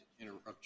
interrupt